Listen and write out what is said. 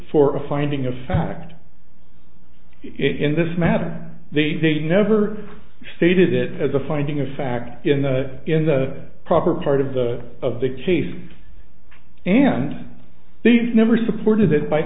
for the finding of fact in this matter they never stated it as a finding of fact in the in the proper part of the of the case and they've never supported